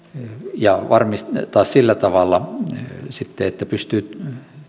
ja varmistaa sillä tavalla että pystyy